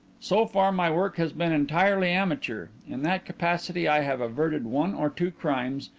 so far my work has been entirely amateur. in that capacity i have averted one or two crimes,